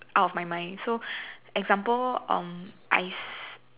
out of my mind so example um I